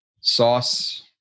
Sauce